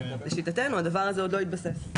לשיטתנו הדבר הזה עוד לא התבסס.